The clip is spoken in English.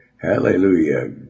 Hallelujah